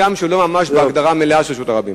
הגם שלא ממש בהגדרה המלאה של רשות הרבים.